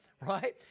right